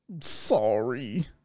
Sorry